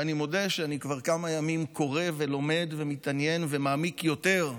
ואני מודה שכבר כמה ימים אני קורא ולומד ומתעניין ומעמיק יותר,